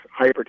hypertension